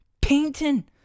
painting